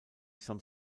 some